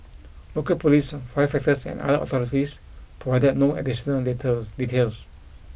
local police firefighters and other authorities provided no additional later details